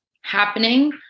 happening